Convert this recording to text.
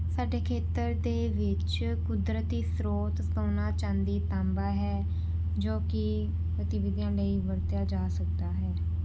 ਸਾਡੇ ਖੇਤਰ ਦੇ ਵਿੱਚ ਕੁਦਰਤੀ ਸਰੋਤ ਸੋਨਾ ਚਾਂਦੀ ਤਾਂਬਾ ਹੈ ਜੋ ਕਿ ਗਤੀਵਿਧੀਆਂ ਲਈ ਵਰਤਿਆ ਜਾ ਸਕਦਾ ਹੈ